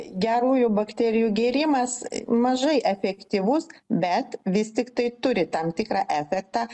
gerųjų bakterijų gėrimas mažai efektyvus bet vis tiktai turi tam tikrą efektą